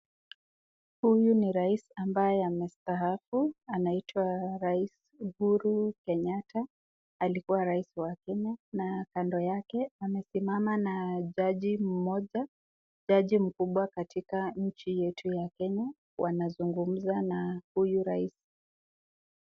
Huyu ni rais ambaye amestaafu anaitwa rais Uhuru Kenyatta alikuwa rais wa kenya na kando yake amesimama na jaji mmoja jaji mkubwa katika nchi yetu ya kenya wanazungumza na huyu rais.